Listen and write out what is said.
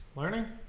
learning